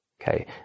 Okay